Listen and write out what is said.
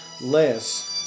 less